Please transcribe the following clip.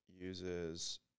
uses